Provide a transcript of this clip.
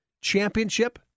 championship